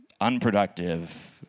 unproductive